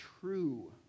true